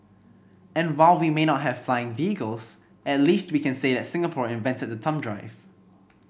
and while we may not have flying vehicles at least we can say that Singapore invented the thumb drive